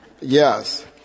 Yes